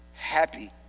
happy